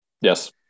Yes